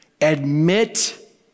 admit